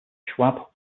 schwab